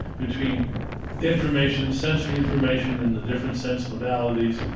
between information, sensory information and the different sense modalities, and